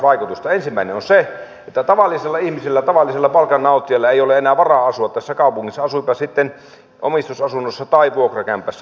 ensimmäinen on se että tavallisilla ihmisillä tavallisilla palkannauttijoilla ei ole enää varaa asua tässä kaupungissa asuipa sitten omistusasunnossa tai vuokrakämpässä